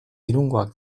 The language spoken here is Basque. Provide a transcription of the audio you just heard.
irungoak